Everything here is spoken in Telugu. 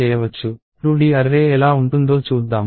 2D array ఎలా ఉంటుందో చూద్దాం